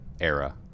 era